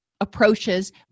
approaches